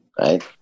Right